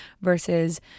versus